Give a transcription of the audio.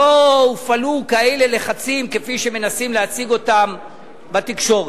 לא הופעלו כאלה לחצים כפי שמנסים להציג אותם בתקשורת.